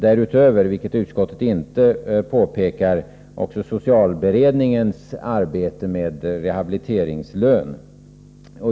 Där utöver — vilket utskottet inte påpekar — har vi socialberedningens arbete med rehabiliteringslön.